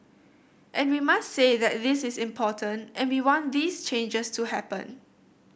and we must say that this is important and we want these changes to happen